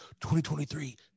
2023